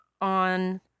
on